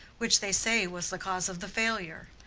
which they say was the cause of the failure.